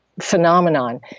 phenomenon